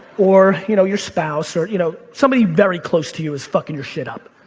or you know your spouse, or you know somebody very close to you is fucking your shit up.